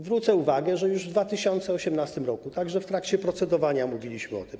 Zwrócę uwagę, że już w 2018 r. w trakcie procedowania mówiliśmy o tym.